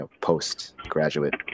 post-graduate